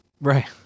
Right